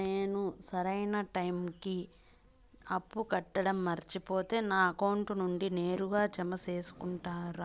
నేను సరైన టైముకి అప్పు కట్టడం మర్చిపోతే నా అకౌంట్ నుండి నేరుగా జామ సేసుకుంటారా?